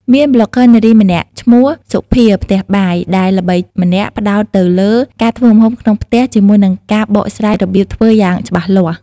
មានប្លុកហ្គើនារីម្នាក់ឈ្មោះ សុភាផ្ទះបាយ ដែលល្បីម្នាក់ផ្តោតទៅលើការធ្វើម្ហូបក្នុងផ្ទះជាមួយនឹងការបកស្រាយរបៀបធ្វើយ៉ាងច្បាស់លាស់។